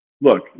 look